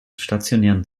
stationären